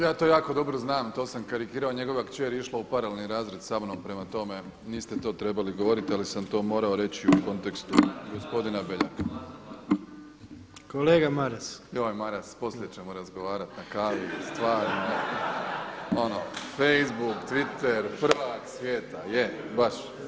Ja to jako dobro znam, to sam karikirao, njegova kći je išla u paralelni razred sa mnom, prema tome niste to trebali govoriti ali sam to morao reći u kontekstu gospodina Beljaka [[Upadica Jandroković: Kolega Maras.]] Joj Maras, poslije ćemo razgovarati na kavi, stvarno, ono, facebook, Twitter, prvak svijeta je baš.